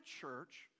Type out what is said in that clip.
church